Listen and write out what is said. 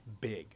big